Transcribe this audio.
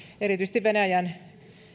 erityisesti venäjän